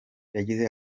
yagize